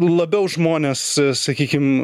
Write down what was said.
labiau žmones sakykim